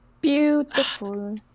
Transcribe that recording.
Beautiful